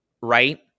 right